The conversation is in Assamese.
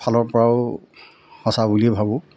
ফালৰপৰাও সঁচা বুলিয়ে ভাবোঁ